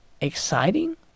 exciting